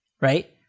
right